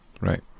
Right